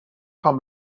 خوام